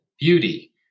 beauty